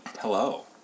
Hello